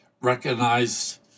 recognized